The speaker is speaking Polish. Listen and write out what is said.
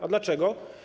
A dlaczego?